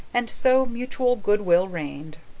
and so mutual goodwill reigned.